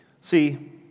See